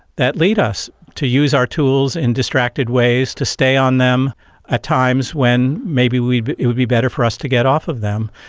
that lead us to use our tools in distracted ways, to stay on them at times when maybe it would be better for us to get off of them.